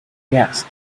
gas